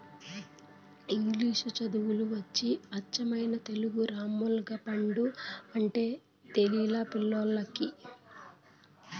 ఇంగిలీసు చదువులు వచ్చి అచ్చమైన తెలుగు రామ్ములగపండు అంటే తెలిలా పిల్లోల్లకి